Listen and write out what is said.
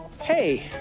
Hey